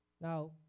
Now